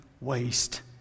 waste